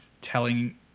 telling